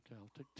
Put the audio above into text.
Okay